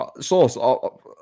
Source